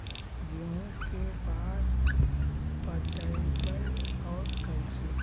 गेहूं के बार पटैबए और कैसे?